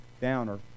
downer